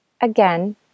again